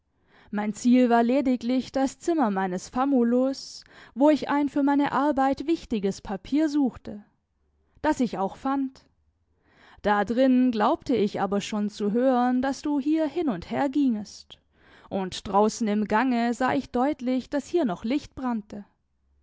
mein ziel war lediglich das zimmer meines famulus wo ich ein für meine arbeit wichtiges papier suchte das ich auch fand da drinnen glaubte ich aber schon zu hören daß du hier hin und her gingest und draußen im gange sah ich deutlich daß hier noch licht brannte